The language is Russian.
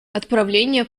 отправление